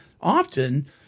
often